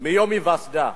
מיום היווסדה.